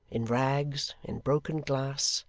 in rags, in broken glass,